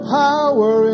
power